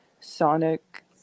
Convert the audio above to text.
Sonic